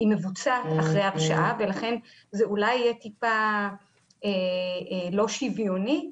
היא מבוצעת אחרי הרשעה ולכן זה אולי יהיה טיפה לא שוויוני,